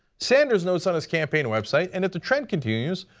sanders notes on his campaign website, and if the trend continues,